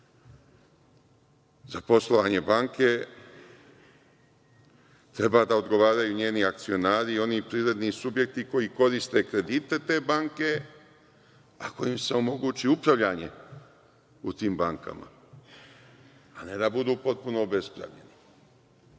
poslovanje banke treba da odgovaraju njeni akcionari, oni privredni subjekti koji koriste kredite te banke, a kojima se omogućuje upravljanje u tim bankama, a ne da budu potpuno obespravljeni. Vidite,